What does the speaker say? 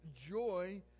joy